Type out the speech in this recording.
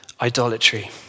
idolatry